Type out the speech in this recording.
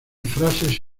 frases